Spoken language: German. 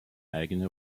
eigene